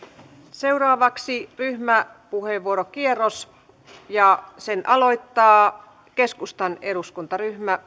seuraavaksi ryhmäpuheenvuorokierros ja sen aloittaa keskustan eduskuntaryhmä